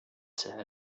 said